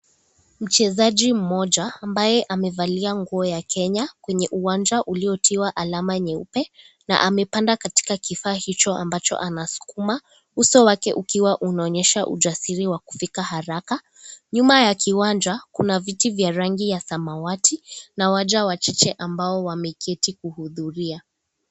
Mchezaji mmoja ambaye amevalia nguo ya kenya kwenye uwanja uliotiwa alama nyeupe na amepanda katika kifaa hicho ambacho anasukuma uso wake ukiwa unaonyesha usajiri wa kufika haraka, nyuma ya kiwanja kuna viti vya rangi ya samawati na waja wachache ambao wameketi kuhudhuria.